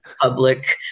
public